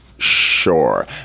sure